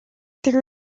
there